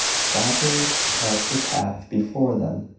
stopping up the path before them.